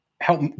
help